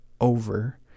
over